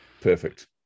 perfect